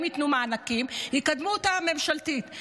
אם ייתנו מענקים, יקדמו אותה ממשלתית.